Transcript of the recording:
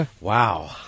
Wow